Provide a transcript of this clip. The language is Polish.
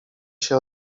się